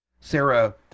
Sarah